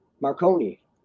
Marconi